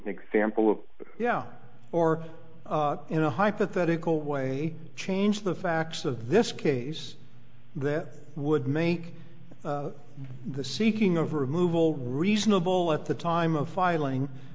example of yeah or in a hypothetical way change the facts of this case that would make the seeking of removal reasonable at the time of filing